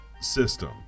system